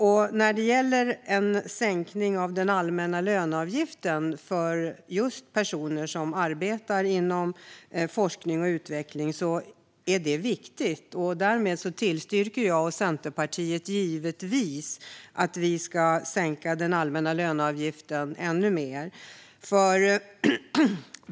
Det är viktigt med en sänkning av den allmänna löneavgiften för just personer som arbetar inom forskning och utveckling. Därmed tillstyrker jag och Centerpartiet givetvis att vi ska sänka den allmänna löneavgiften ännu mer.